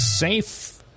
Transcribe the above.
safe